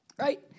right